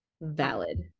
Valid